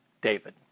David